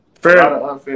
Fair